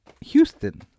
Houston